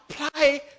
Apply